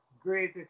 great